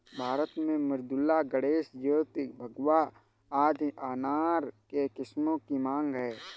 भारत में मृदुला, गणेश, ज्योति, भगवा आदि अनार के किस्मों की मांग है